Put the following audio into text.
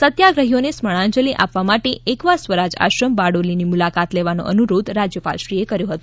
સત્યાગ્રહીઓને સ્મરણાંજલિ આપવા એકવાર સ્વરાજ આશ્રમ બારડોલીની મુલાકાત લેવાનો અનુરોધ રાજયપાલશ્રીએ કર્યો હતો